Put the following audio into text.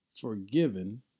forgiven